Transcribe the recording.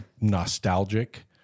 nostalgic